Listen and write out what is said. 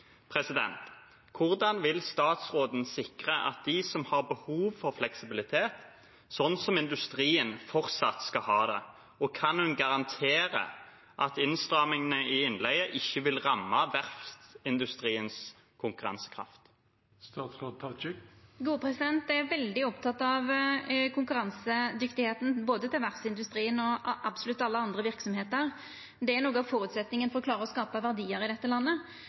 Hvordan vil statsråden sikre at de som har behov for fleksibilitet, som industrien, fortsatt skal ha det? Kan hun garantere at innstramningene i innleie ikke vil ramme verftsindustriens konkurransekraft? Eg er veldig oppteken av konkurransedyktigheita til både verftsindustrien og absolutt alle andre verksemder. Det er noko av føresetnaden for å klara å skapa verdiar i dette landet.